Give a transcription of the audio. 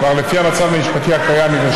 צריך להגיד מילה טובה,